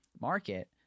market